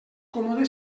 còmode